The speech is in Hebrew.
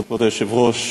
כבוד היושב-ראש,